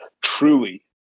truly